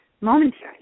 momentary